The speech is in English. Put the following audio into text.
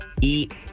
eat